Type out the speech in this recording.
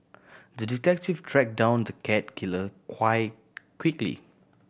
the detective track down the cat killer quickly